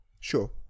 Sure